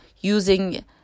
using